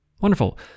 Wonderful